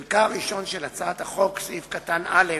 בחלק הראשון של הצעת החוק, סעיף קטן (א),